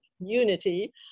unity